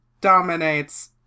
dominates